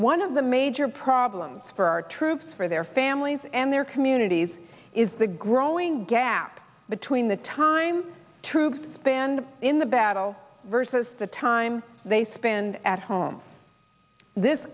one of the major problems for our troops for their families and their communities is the growing gap between the time troops spend in the battle versus the time they spend at home this